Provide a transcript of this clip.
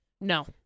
No